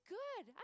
good